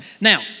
Now